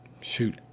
shoot